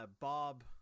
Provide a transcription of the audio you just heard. Bob